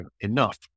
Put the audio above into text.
enough